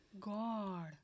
God